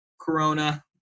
Corona